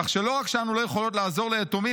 כך שלא רק שאנו לא יכולות לעזור ליתומים,